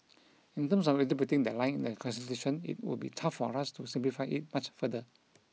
in terms of interpreting that line in the Constitution it would be tough for us to simplify it much further